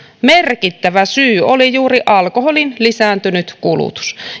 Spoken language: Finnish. merkittävä syy oli juuri alkoholin lisääntynyt kulutus